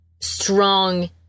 strong